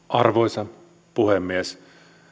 arvoisa puhemies